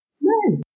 No